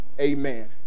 Amen